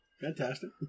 Fantastic